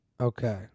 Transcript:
Okay